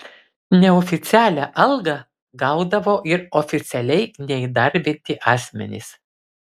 neoficialią algą gaudavo ir oficialiai neįdarbinti asmenys